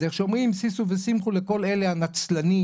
אז איך שאומרים "שישו ושימחו" לכל אלה הנצלנים,